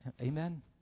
Amen